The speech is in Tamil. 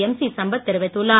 எம்சி சம்பத் தெரிவித்துள்ளார்